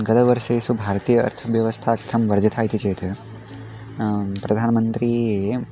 गतवर्षेषु भारतीय अर्थव्यवस्थार्थं वर्धिता इति चेत् प्रधानमन्त्री